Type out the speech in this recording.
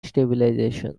stabilization